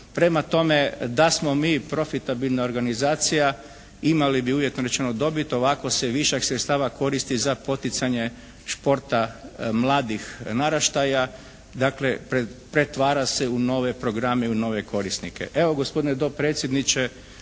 Prema tome, da smo mi profitabilna organizacija imali bi uvjetno rečeno dobit. Ovako se višak sredstava koristi za poticanje športa mladih naraštaja. Dakle, pretvara se u nove programe, u nove korisnike. Evo gospodine dopredsjedniče,